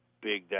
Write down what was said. big